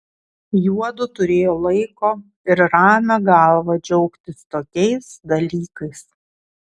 juodu turėjo laiko ir ramią galvą džiaugtis tokiais dalykais